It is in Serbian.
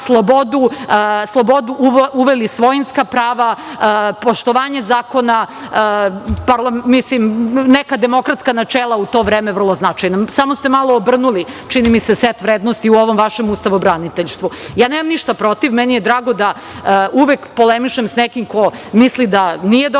slobodu, uveli svojinska prava, poštovanje zakona, mislim neka demokratska načela u to vreme vrlo značajna. Samo ste malo obrnuli, čini mi se, set vrednosti u ovom vašem ustavobraniteljšstvu. Ja nemam ništa protiv, meni je drago da uvek polemišem sa nekim ko misli da nije dobar